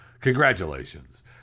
congratulations